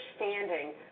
understanding